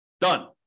Done